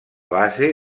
base